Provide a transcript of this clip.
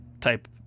type